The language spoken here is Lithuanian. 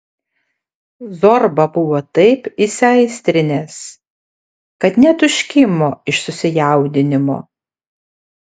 zorba buvo taip įsiaistrinęs kad net užkimo iš susijaudinimo